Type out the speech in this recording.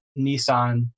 Nissan